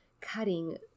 cutting